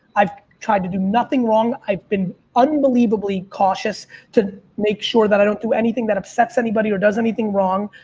i've tried to do nothing wrong. i've been unbelievably cautious to make sure that i don't do anything that upsets anybody or does anything wrong.